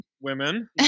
women